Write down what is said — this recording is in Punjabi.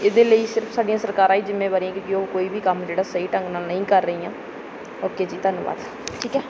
ਇਹਦੇ ਲਈ ਸਿਰਫ ਸਾਡੀਆਂ ਸਰਕਾਰਾਂ ਹੀ ਜ਼ਿੰਮੇਵਾਰੀਆਂ ਕਿਉਂਕਿ ਉਹ ਕੋਈ ਵੀ ਕੰਮ ਜਿਹੜਾ ਸਹੀ ਢੰਗ ਨਾਲ ਨਹੀਂ ਕਰ ਰਹੀਆਂ ਓਕੇ ਜੀ ਧੰਨਵਾਦ ਠੀਕ ਹੈ